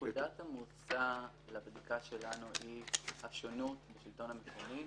נקודת המוצא לבדיקה שלנו היא השונות בשלטון המקומי.